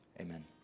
Amen